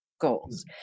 goals